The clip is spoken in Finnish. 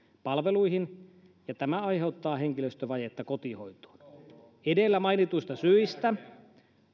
palveluihin ja tämä aiheuttaa henkilöstövajetta kotihoitoon edellä mainituista syistä